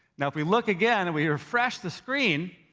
now if we look again and we refresh the screen,